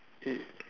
eight